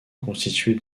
constituée